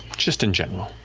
just in general.